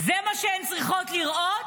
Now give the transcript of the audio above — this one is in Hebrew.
זה מה שהם צריכים לראות?